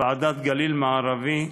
ועדת גליל מערבי,